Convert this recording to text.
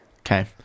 Okay